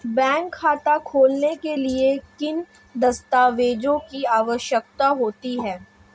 Bank खाता खोलने के लिए किन दस्तावेज़ों की आवश्यकता होती है?